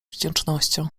wdzięcznością